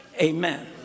Amen